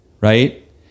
Right